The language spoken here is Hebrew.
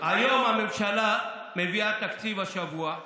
היום הממשלה מביאה תקציב, השבוע,